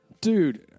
Dude